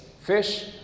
fish